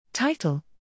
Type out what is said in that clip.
Title